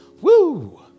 Woo